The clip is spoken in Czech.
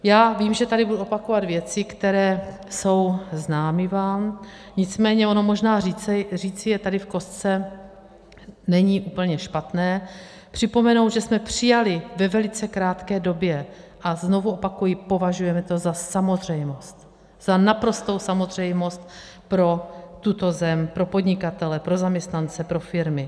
Já vím, že tady budu opakovat věci, které jsou vám známy, nicméně ono možná říci je tady v kostce není úplně špatné, připomenout, že jsme je přijali ve velice krátké době a znovu opakuji, považujeme to za samozřejmost, za naprostou samozřejmost pro tuto zem, pro podnikatele, pro zaměstnance, pro firmy.